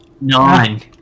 Nine